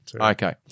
Okay